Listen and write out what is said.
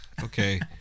okay